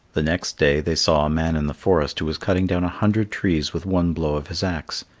the next day they saw a man in the forest who was cutting down a hundred trees with one blow of his axe.